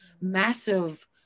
massive